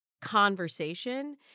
conversation